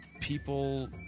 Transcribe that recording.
people